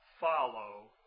follow